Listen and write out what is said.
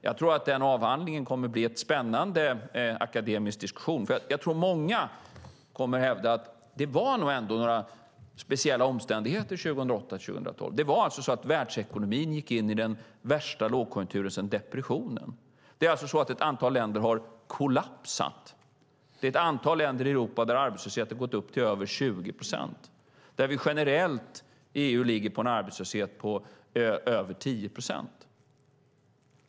Jag tror att den avhandlingen kommer att leda till en spännande akademisk diskussion eftersom jag tror att många kommer att hävda att det nog ändå var några speciella omständigheter 2008-2012. Världsekonomin gick in i den värsta lågkonjunkturen sedan depressionen. Ett antal länder har kollapsat. I ett antal länder i Europa har arbetslösheten gått upp till över 20 procent. Arbetslösheten i EU ligger generellt på över 10 procent.